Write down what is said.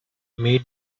made